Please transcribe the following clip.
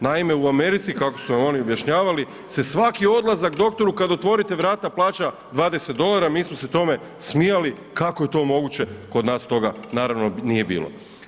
Naime, u Americi kako su nam oni objašnjavali se svaki odlazak doktoru kad otvorite vrata plaća 20 dolara, mi smo se tome smijali kako je to moguće kod nas toga naravno nije bilo.